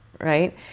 right